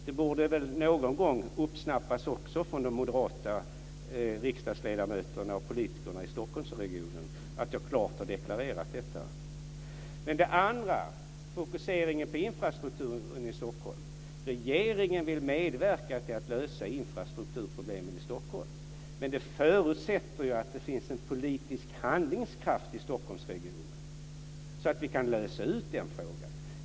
Det borde väl någon gång uppsnappas också av de moderata riksdagsledamöterna och politikerna i Stockholmsregionen att jag klart har deklarerat detta. Sedan gäller det fokuseringen på infrastrukturen i Stockholm. Regeringen vill medverka till att lösa infrastrukturproblemen i Stockholm. Men det förutsätter ju att det finns en politisk handlingskraft i Stockholmsregionen så att vi kan lösa ut den frågan.